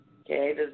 Okay